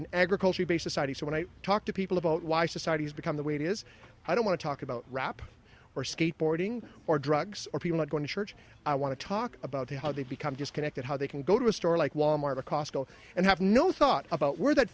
an agricultural base society so when i talk to people about why societies become the way it is i don't want to talk about rap or skateboarding or drugs or people not going to church i want to talk about how they become disconnected how they can go to a store like wal mart a costco and have no thought about where that